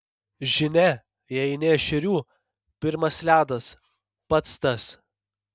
žinia jei eini ešerių pirmas ledas pats tas